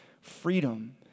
freedom